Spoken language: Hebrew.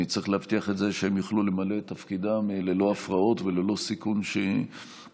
צריך להבטיח שהם יוכלו למלא את תפקידם ללא הפרעות וללא סיכון שייפגעו.